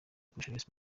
kurusha